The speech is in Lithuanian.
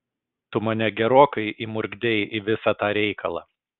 tu mane gerokai įmurkdei į visą tą reikalą